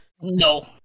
No